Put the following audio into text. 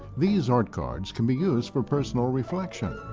these art cards can be used for personal reflection,